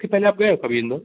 इसके पहले आप गए हो कभी इंदौर